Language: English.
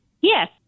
Yes